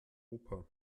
oper